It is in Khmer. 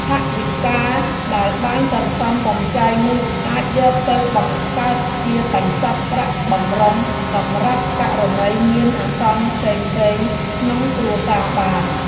ថវិកាដែលបានសន្សំសំចៃនោះអាចយកទៅបង្កើតជាកញ្ចប់ប្រាក់បម្រុងសម្រាប់ករណីមានអាសន្នផ្សេងៗក្នុងគ្រួសារបាន។